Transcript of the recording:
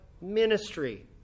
ministry